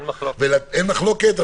אין מחלוקת.